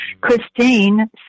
Christine